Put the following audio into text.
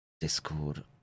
discord